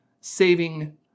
saving